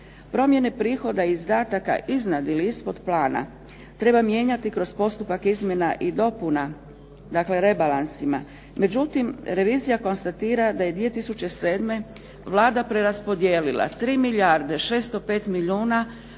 Promjene prihoda i izdataka iznad ili ispod plana treba mijenjati kroz postupak izmjena i dopuna dakle, rebalansima. Međutim, revizija konstatira da je 2007. Vlada preraspodijelila 3 milijarde 605 milijuna